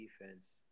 defense